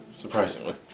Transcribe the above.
Surprisingly